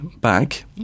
back